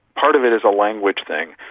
part of it is a language thing.